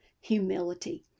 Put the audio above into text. humility